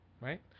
right